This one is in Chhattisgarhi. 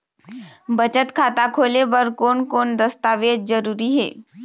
बचत खाता खोले बर कोन कोन दस्तावेज जरूरी हे?